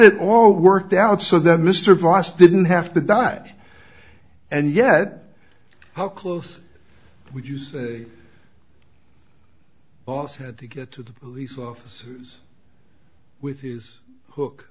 it all worked out so that mr vice didn't have to die and yet how close would you say boss had to get to the police officer with